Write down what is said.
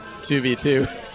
2v2